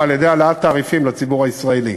שם על-ידי העלאת תעריפים לציבור הישראלי,